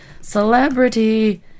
Celebrity